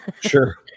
Sure